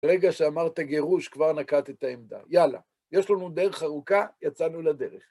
ברגע שאמרת גירוש, כבר נקעת את העמדה. יאללה, יש לנו דרך ארוכה, יצאנו לדרך.